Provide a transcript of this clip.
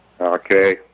Okay